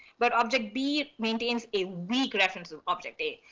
but object b maintains a weak reference to object a.